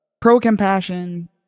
Pro-compassion